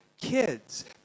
kids